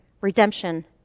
redemption